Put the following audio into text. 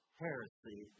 heresy